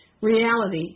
reality